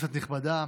כנסת נכבדה,